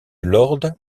lord